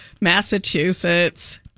Massachusetts